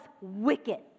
wicked